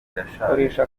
irashaje